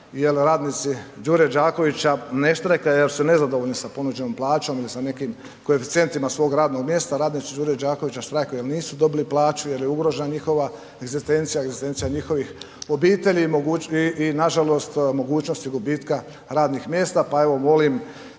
radnici Đure Đakovića ne štrajkaju jer su nezadovoljni sa ponuđenom plaćom ili sa nekim koeficijentima svog radnog mjesta. Radnici Đure Đakovića štrajkaju jer nisu dobili plaću, jer je ugrožene njihova egzistencija, egzistencija njihovih obitelji i nažalost mogućnosti gubitka radnih mjesta, pa evo molim